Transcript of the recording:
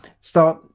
start